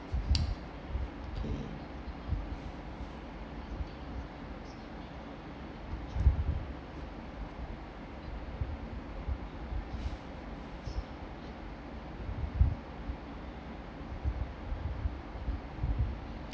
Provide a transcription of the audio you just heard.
okay